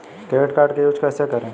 Credit card का use कैसे करें?